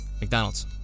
McDonald's